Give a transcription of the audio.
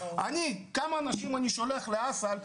כמה אנשים אני שולח לאסל,